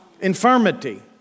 Infirmity